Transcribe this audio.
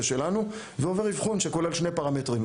שלנו והוא עובר אבחון שכולל שני פרמטרים.